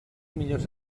millors